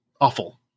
awful